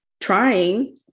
trying